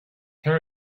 her